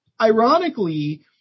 ironically